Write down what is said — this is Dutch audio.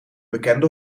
bekende